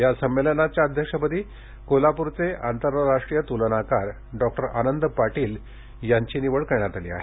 या संमेलनाच्या अध्यक्षपदी कोल्हापुरचे आंतरराष्ट्रीय तुलनाकार डॉक्टर आनंद पाटील यांची निवड करण्यात आली होती